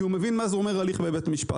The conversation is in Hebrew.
כי הוא מבין מה זה אומר הליך בבית משפט.